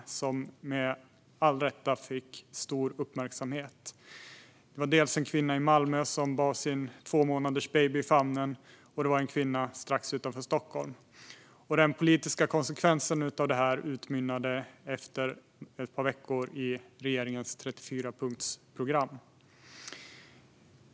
De fick med all rätt stor uppmärksamhet. De som mördades var en kvinna i Malmö som bar sin två månader gamla baby i famnen och en kvinna strax utanför Stockholm. Den politiska konsekvensen utmynnade efter ett par veckor i regeringens 34-punktsprogram.